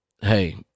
Hey